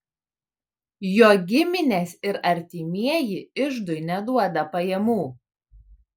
jo giminės ir artimieji iždui neduoda pajamų